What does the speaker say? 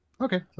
okay